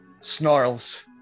Snarls